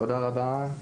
תודה רבה.